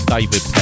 David